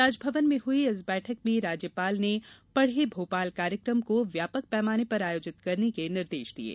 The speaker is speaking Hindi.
राजभवन में हुई इस बैठक में राज्यपाल ने पढ़ें भोपाल कार्यक्रम को व्यापक पैमाने पर आयोजित करने के निर्देश दिये